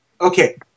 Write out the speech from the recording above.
Okay